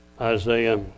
Isaiah